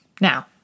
Now